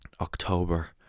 October